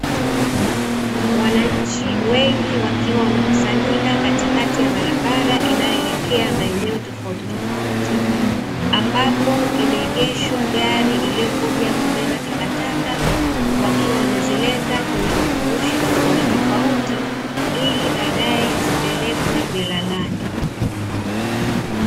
Wananchi wengi wakiwa wamekusanyika katikati ya barabara inayoelekea maeneo tofautitofauti, ambapo imeegeshwa gari iliyokuja kubeba takataka wakiwa wamezileta kwenye vifurushi tofautitofauti ili baadae zipelekwe jalalani.